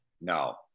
no